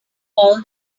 all